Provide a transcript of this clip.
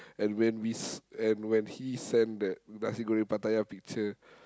and when we s~ and when he sent that nasi-goreng-Pattaya picture